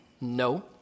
No